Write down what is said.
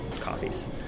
coffees